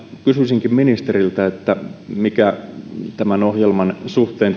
kysyisinkin ministeriltä mikä tämän ohjelman suhteen